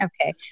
Okay